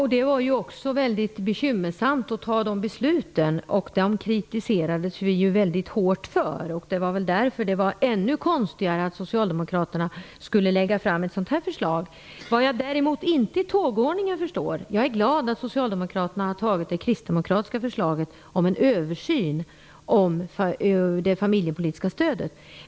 Herr talman! Det var bekymmersamt att fatta dessa beslut, som också kritiserades väldigt hårt. Det är därför som det är ännu konstigare att socialdemokraterna lägger fram ett sådant här förslag. Jag är glad att socialdemokraterna har antagit det kristdemokratiska förslaget om en översyn av det familjepolitiska stödet.